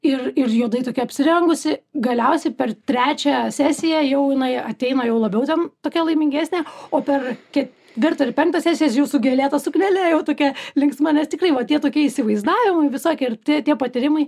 ir ir juodai apsirengusi galiausiai per trečią sesiją jau jinai ateina jau labiau ten tokia laimingesnė o per ketvirtą ir penktą sesijas jau su gėlėta suknele jau tokia linksma nes tikrai va tie tokie įsivaizdavimai visokie ir tie patyrimai